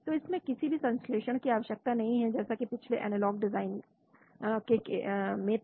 तो इसमें किसी भी संश्लेषण की आवश्यकता नहीं है जैसा पिछले एनालॉग डिजाइन के में था